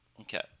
Okay